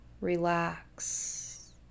Relax